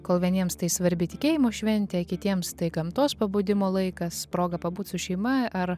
kol vieniems tai svarbi tikėjimo šventė kitiems tai gamtos pabudimo laikas proga pabūt su šeima ar